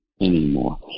anymore